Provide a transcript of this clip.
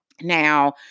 Now